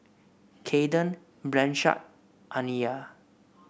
Kaden Blanchard Aniyah